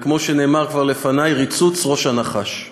וכמו שנאמר כבר לפני: ריצוץ ראש הנחש,